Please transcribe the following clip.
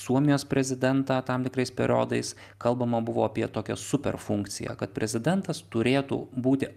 suomijos prezidentą tam tikrais periodais kalbama buvo apie tokią super funkciją kad prezidentas turėtų būti